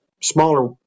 smaller